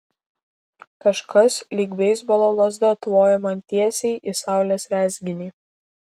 kažkas lyg beisbolo lazda tvojo man tiesiai į saulės rezginį